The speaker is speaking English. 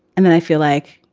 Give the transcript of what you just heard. and then i feel like,